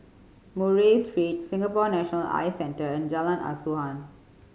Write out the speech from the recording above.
Murray Street Singapore National Eye Centre and Jalan Asuhan